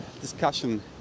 discussion